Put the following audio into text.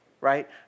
Right